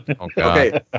Okay